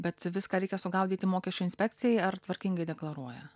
bet viską reikia sugaudyti mokesčių inspekcijai ar tvarkingai deklaruoja